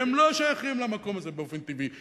שהם לא שייכים למקום הזה באופן טבעי,